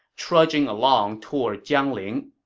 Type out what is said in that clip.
trudging along toward jiangling.